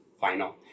final